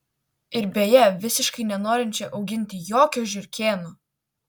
ir beje visiškai nenorinčią auginti jokio žiurkėno